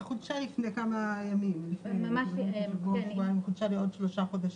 היא חודשה לפני כמה ימים לעוד שלושה חודשים.